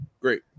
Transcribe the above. Great